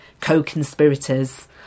co-conspirators